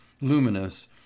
luminous